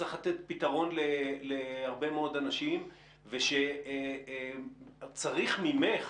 שצריך לתת פתרון להרבה מאוד אנשים וצריך ממך